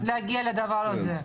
להגיע לדבר הזה.